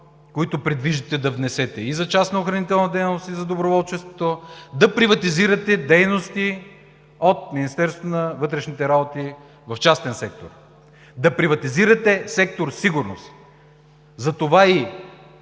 които предвиждате да внесете и за частна охранителна дейност, и за доброволчеството, да приватизирате дейности от Министерство на вътрешните работи в частен сектор, да приватизирате Сектор „Сигурност“! Затова и